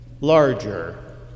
larger